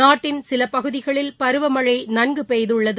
நாட்டின் சிலபகுதிகளில் பருவமழைநன்குபெய்துள்ளது